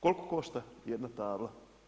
Koliko košta jedna tabla?